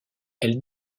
elle